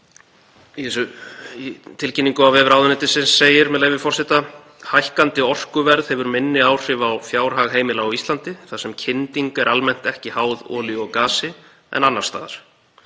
Í tilkynningu á vef ráðuneytisins segir, með leyfi forseta: „Hækkandi orkuverð hefur minni áhrif á fjárhag heimila á Íslandi, þar sem kynding er almennt ekki háð olíu og gasi, en annars staðar.